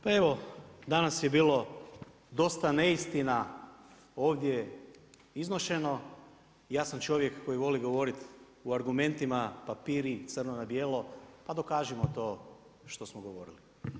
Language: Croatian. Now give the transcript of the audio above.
Pa evo danas je bilo dosta neistina ovdje iznošeno, ja sam čovjek koji voli govoriti u argumentima, papiri crno na bijelo pa dokažimo to što smo govorili.